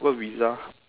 work visa